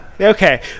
okay